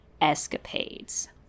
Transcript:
escapades